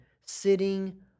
sitting